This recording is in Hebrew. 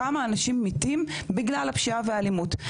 כמה אנשים מתים בגלל הפשיעה והאלימות.